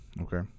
okay